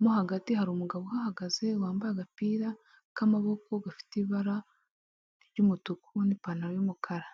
mo hagati hari umugabo uhagaze wambaye agapira k'amaboko gafite ibara ry'umutuku n'ipantaro y'umukara.